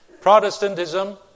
Protestantism